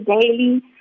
daily